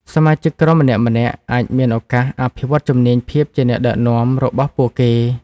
សមាជិកក្រុមម្នាក់ៗអាចមានឱកាស អភិវឌ្ឍជំនាញភាពជាអ្នកដឹកនាំ របស់ពួកគេ។